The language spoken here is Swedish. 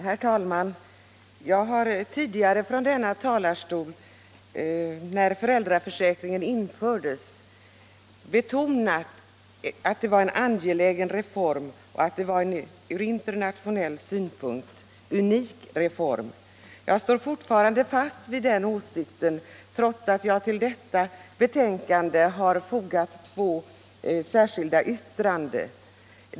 Herr talman! När föräldraförsäkringen infördes betonade jag från denna = Föräldraförsäkringtalarstol att det var en angelägen och ur internationell synpunkt unik — en m.m. reform vi fattade beslut om. Jag står fortfarande fast vid den åsikten trots att jag till det nu föreliggande betänkandet har fogat två särskilda yttranden.